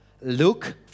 Look